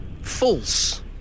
false